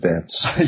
bits